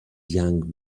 young